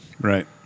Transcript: Right